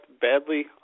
badly